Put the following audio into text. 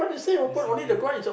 is same thing ah